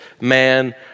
man